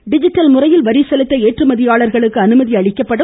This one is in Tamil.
என்று டிஜிட்டல் முறையில் வரி செலுத்த ஏற்றுமதியாளர்களுக்கு அனுமதி வழங்கப்படும்